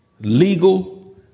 legal